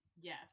Yes